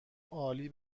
عالی